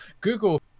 Google